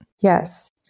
Yes